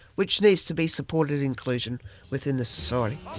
which needs to be supported inclusion within the sort of